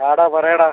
ആ ടാ പറയെടാ